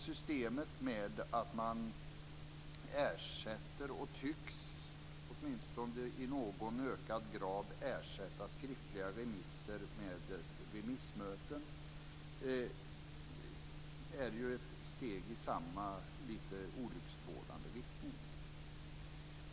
Systemet med att man tycks, åtminstone i någon ökad grad, ersätta skriftliga remisser med remissmöten är ju ett steg i samma lite olycksbådande riktning.